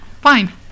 fine